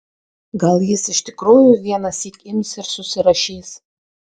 gal jis iš tikrųjų vienąsyk ims ir susirašys